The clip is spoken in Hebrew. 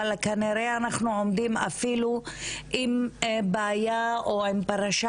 אבל כנראה אנחנו עומדים אפילו עם בעיה או פרשה